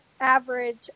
average